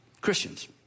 Christians